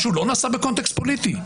משהו לא נעשה בקונטקסט פוליטי?